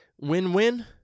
win-win